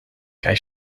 kaj